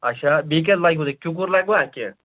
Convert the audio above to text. اچھا بیٚیہِ کیٛاہ لگوٕ تۄہہِ کِکُر لگوا کیٚنٛہہ